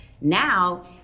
Now